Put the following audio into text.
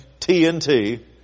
TNT